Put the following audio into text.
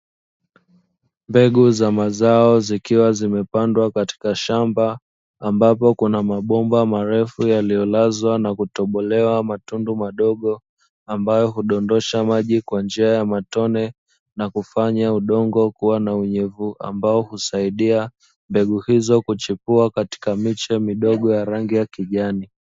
Mbegu za mazao zikiwa zimepandwa katika shamba, ambapo kuna mabomba marefu yaliyolazwa na kutobolewa matundu madogo ambayo hudondosha maji kwa njia ya matone na kufanya udongo kuwa na unyevu, ambao husaidia mbegu hizo kuchipua katika miche midogo ya rangi ya kijani.